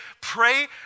pray